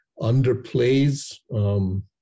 underplays